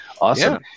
awesome